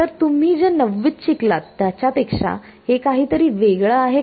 तर तुम्ही जे नववीत शिकलात त्याच्यापेक्षा हे काही वेगळ आहे का